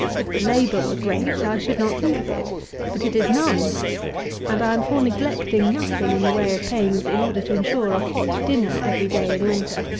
if the labour were great, i should not think of it but it is none and i am for neglecting nothing in the way of pains in order to ensure a hot dinner every day in winter,